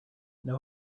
know